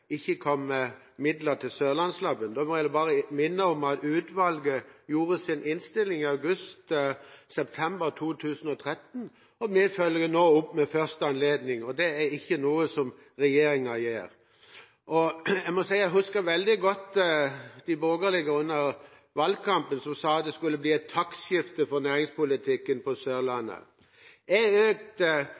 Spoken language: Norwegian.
ikke kom med midler til Sørlandslaben. Da er det bare å minne om at utvalget gjorde sin innstilling i august–september 2013, og vi følger nå opp ved første anledning. Det er ikke noe som regjeringen gjør. Jeg må si at jeg husker veldig godt at de borgerlige under valgkampen sa at det skulle bli et taktskifte for næringspolitikken på Sørlandet.